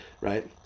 right